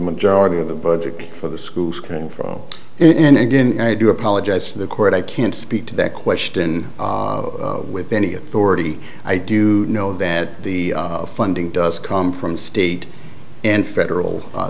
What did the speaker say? majority of the budget for the schools came from and again i do apologize to the court i can't speak to that question with any authority i do know that the funding does come from state and federal